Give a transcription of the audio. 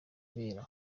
ibera